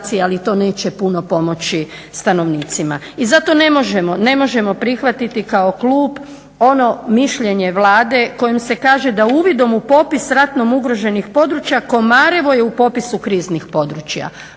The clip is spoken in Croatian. ali to neće puno pomoći stanovnicima i zato ne možemo prihvatiti kao klub ono mišljenje Vlade kojim se kaže da uvidom u popis ratnom ugroženih područja Komarevo je u popisu kriznih područja.